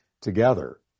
together